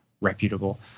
reputable